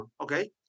okay